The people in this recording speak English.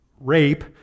rape